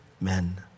men